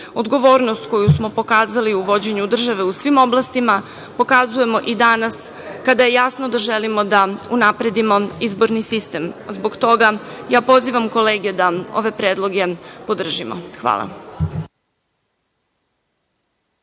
građana. Odgovornost koju smo pokazali u vođenju države u svim oblastima pokazujemo i danas kada je jasno da želimo da unapredimo izborni sistem. Zbog toga ja pozivam kolege da ove predloge podržimo. Hvala.